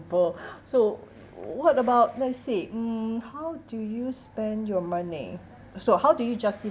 so what about let's say mm how do you spend your money so how do you justify